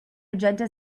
magenta